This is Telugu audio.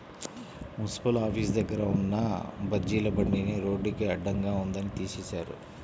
మున్సిపల్ ఆఫీసు దగ్గర ఉన్న బజ్జీల బండిని రోడ్డుకి అడ్డంగా ఉందని తీసేశారు